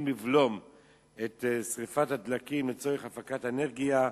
לבלום את שרפת הדלקים לצורך הפקת אנרגיה,